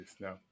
no